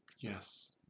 Yes